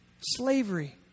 slavery